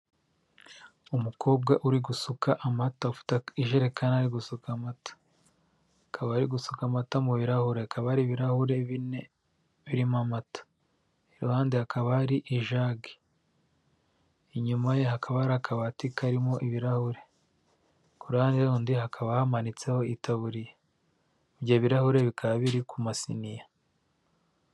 Umukobwa uri gusuka amata ufite ijerekani ari gusuka amata, akaba ari gusuka amata mu birahure hakaba hari ibirahure birimo amata iruhande hakaba hari ijage, inyuma ye hakaba hari akabati karimo ibirahure, ku rande rundi hakaba hamanitseho itaburiya, ibyo birarahure bikaba biri ku masiniya.